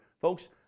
Folks